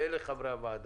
אלה חברי הוועדה: